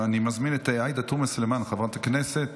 אני מזמין את חברת הכנסת